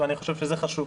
אני חושב שזה חשוב.